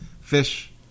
fish